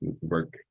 work